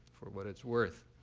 for what it's worth.